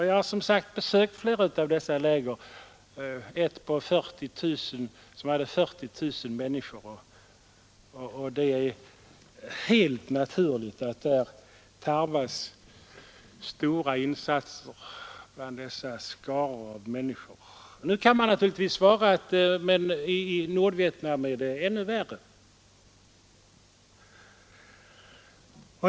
Jag har som sagt besökt flera av dessa läger — i ett av dem var det 40 000 människor. Det är helt naturligt att det tarvas stora insatser bland dessa skaror av människor. Nu kan man naturligtvis svara: Men i Nordvietnam är det ännu värre.